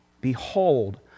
Behold